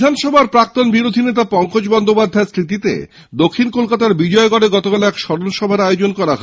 বিধানসভার প্রাক্তণ বিরোধী নেতা পংকজ বন্দোপাধ্যায়ের স্মৃতিতে দক্ষিণ কলকাতার বিজয়গড়ে গতকাল এক স্মরণ সভার আয়োজন করা হয়